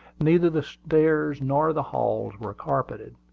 neither the stairs nor the halls were carpeted.